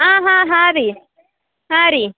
ಹಾಂ ಹಾಂ ಹಾಂ ರೀ ಹಾಂ ರೀ